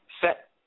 Set